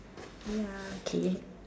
ya okay